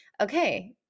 okay